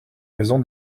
raison